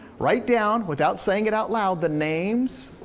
write down without saying it out loud the names